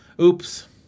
Oops